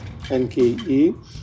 NKE